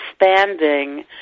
expanding